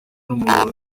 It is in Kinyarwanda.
n’umuntu